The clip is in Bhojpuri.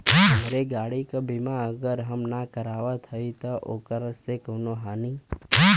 हमरे गाड़ी क बीमा अगर हम ना करावत हई त ओकर से कवनों हानि?